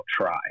try